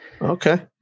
Okay